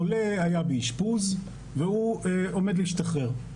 חולה היה באשפוז והוא עומד להשתחרר.